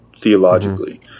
theologically